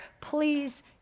please